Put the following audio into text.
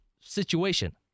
situation